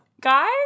Guys